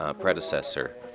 predecessor